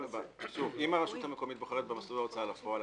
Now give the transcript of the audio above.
אם הרשות המקומית בוחרת במסלול ההוצאה לפועל,